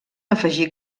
afegir